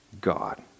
God